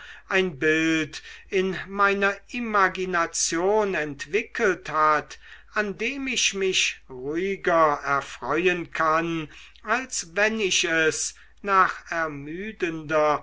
ein bild in meiner imagination entwickelt hat an dem ich mich ruhiger erfreuen kann als wenn ich es nach ermüdender